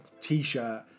t-shirt